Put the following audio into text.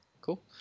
Cool